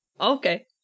okay